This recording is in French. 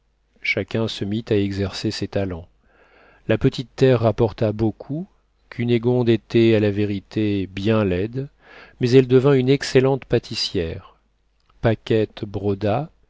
chacun se mit à exercer ses talents la petite terre rapporta beaucoup cunégonde était à la vérité bien laide mais elle devint une excellente pâtissière paquette broda